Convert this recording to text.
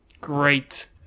Great